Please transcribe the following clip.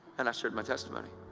and i shared my testimony.